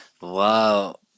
wow